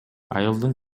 айылдын